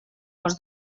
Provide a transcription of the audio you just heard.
cos